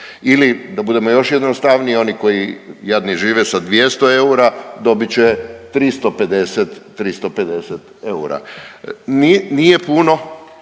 Ili da budemo još jednostavniji. Oni koji jadni žive sa 200 eura dobit će 350 eura. Nije puno,